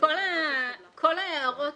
כל ההערות